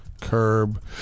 Curb